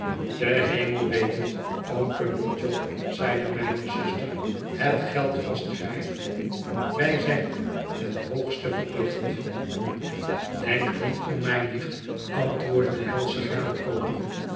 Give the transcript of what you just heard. de hemel weet het oom pumblechook zeide mijne zuster het geld vastgrijpende wij zyn u ten hoogste verplicht groote verwachtingen jjenk met om mij meat antwoordde de helsche